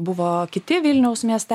buvo kiti vilniaus mieste